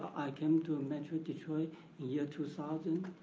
i came to metro detroit in year two thousand,